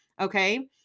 okay